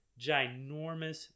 ginormous